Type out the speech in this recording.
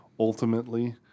Ultimately